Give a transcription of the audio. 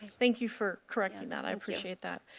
thank you for correcting that. i appreciate that.